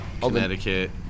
Connecticut